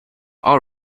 all